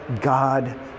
God